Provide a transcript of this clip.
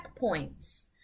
checkpoints